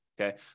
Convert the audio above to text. okay